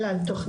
אלא על תכניות,